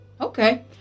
Okay